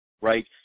right